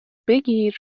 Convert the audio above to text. بگیر